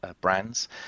brands